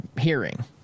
hearing